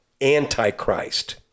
Antichrist